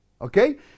okay